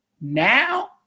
now